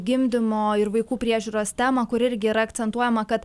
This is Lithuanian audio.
gimdymo ir vaikų priežiūros temą kuri irgi yra akcentuojama kad